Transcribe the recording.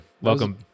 Welcome